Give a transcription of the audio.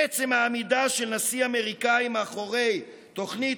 עצם העמידה של נשיא אמריקני מאחורי תוכנית